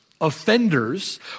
offenders